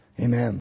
Amen